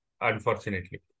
unfortunately